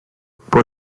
por